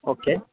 okay